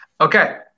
okay